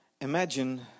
imagine